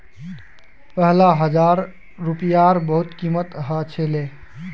पहले हजार रूपयार बहुत कीमत ह छिले